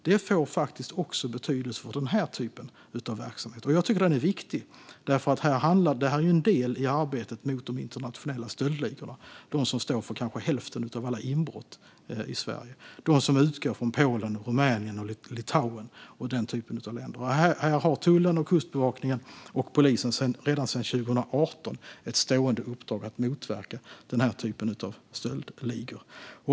Det får faktiskt också betydelse för den här typen av verksamhet. Jag tycker att den är viktig, för det här är en del i arbetet mot de internationella stöldligor som står för kanske hälften av alla inbrott i Sverige och som utgår från Polen, Rumänien, Litauen och den typen av länder. Tullen, Kustbevakningen och polisen har redan sedan 2018 ett stående uppdrag att motverka den här typen av stöldligor.